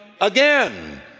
again